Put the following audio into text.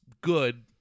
good